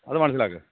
അതു മനസ്സിലാക്ക്